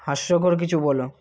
হাস্যকর কিছু বলো